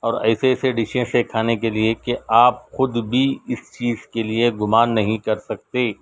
اور ایسے ایسے ڈشیس ہیں کھانے کے لیے کہ آپ خود بھی اس چیز کے لیے گمان نہیں کر سکتے